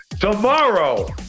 Tomorrow